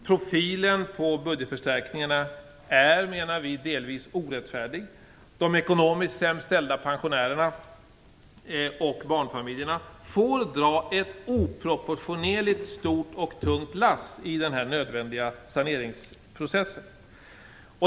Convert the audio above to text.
Profilen på budgetförstärkningarna är, menar vi, delvis orättfärdig. De ekonomiskt sämst ställda pensionärerna och barnfamiljerna får dra ett oproportionerligt stort och tungt lass i denna nödvändiga saneringsprocess.